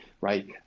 right